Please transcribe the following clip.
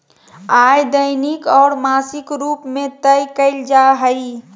आय दैनिक और मासिक रूप में तय कइल जा हइ